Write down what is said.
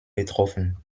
betroffen